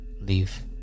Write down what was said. leave